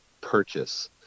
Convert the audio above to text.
purchase